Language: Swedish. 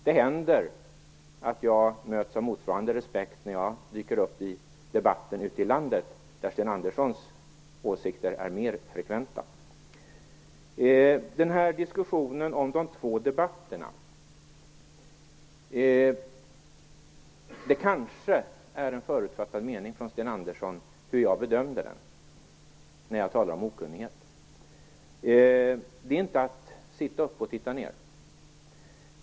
Det händer att jag möts av motsvarande respekt när jag dyker upp i debatten ute i landet, där Sten Anderssons åsikter är mer frekventa. Man har diskuterat de två debatterna. När jag talar om okunnighet kanske Sten Andersson har en förutfattad mening om hur jag bedömer den. Det innebär inte att jag sitter uppe och tittar ned.